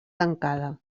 tancada